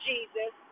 Jesus